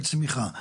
צמיחה.